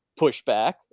pushback